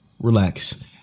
relax